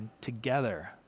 together